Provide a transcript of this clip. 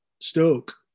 Stoke